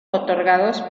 otorgados